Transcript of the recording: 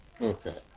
Okay